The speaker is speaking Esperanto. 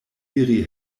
iri